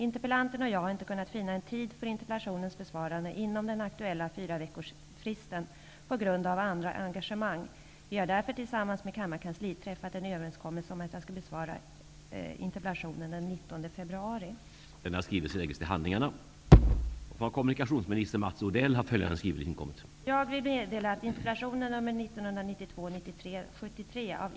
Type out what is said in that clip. Interpellanten och jag har inte kunnat finna en tid för interpellationens besvarande inom den aktuella fyraveckorsfristen på grund av andra engagemang. Vi har därför tillsammans med kammarkansliet träffat en överenskommelse om att jag skall svara på interpallationen den 19 februari.